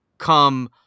come